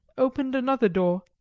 opened another door,